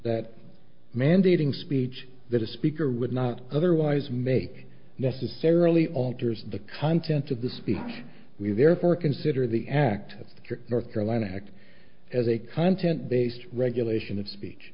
that mandating speech that a speaker would not otherwise make necessarily alters the content of the speech we therefore consider the act of the trip north carolina act as a content based regulation of speech